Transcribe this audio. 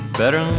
better